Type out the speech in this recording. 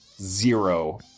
zero